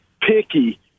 picky